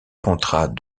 contrat